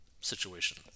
situation